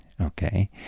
Okay